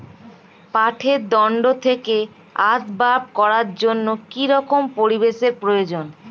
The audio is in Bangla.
পাটের দণ্ড থেকে আসবাব করার জন্য কি রকম পরিবেশ এর প্রয়োজন?